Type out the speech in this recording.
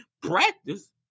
practice